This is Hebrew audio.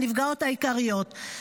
הנפגעות העיקריות.